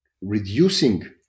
reducing